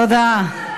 תודה.